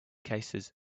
cases